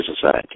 society